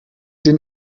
den